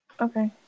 Okay